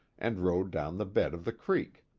and rode down the bed of the creek.